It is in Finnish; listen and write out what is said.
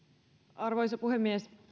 arvoisa puhemies